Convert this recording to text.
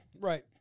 right